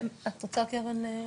את רוצה קרן?